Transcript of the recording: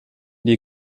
die